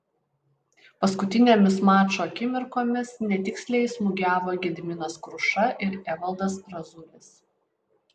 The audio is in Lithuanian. paskutinėmis mačo akimirkomis netiksliai smūgiavo gediminas kruša ir evaldas razulis